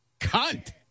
Cunt